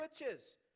riches